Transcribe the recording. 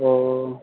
ओ